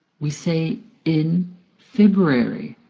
we say in february,